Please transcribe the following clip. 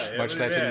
much less yeah